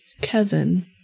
Kevin